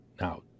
Now